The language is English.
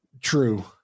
True